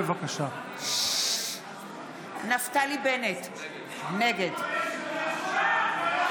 נגד בנימין גנץ,